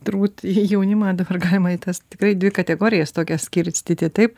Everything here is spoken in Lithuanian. turbūt jaunimą dabar galima į tas tikrai dvi kategorijas tokias skirstyti taip